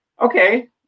okay